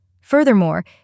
Furthermore